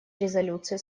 резолюцию